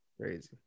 crazy